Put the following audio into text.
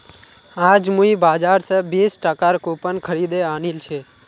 आज मुई बाजार स बीस टकार कूपन खरीदे आनिल छि